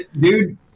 dude